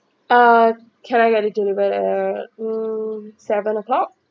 uh can I get it delivered at um uh seven O clock